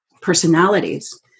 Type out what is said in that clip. personalities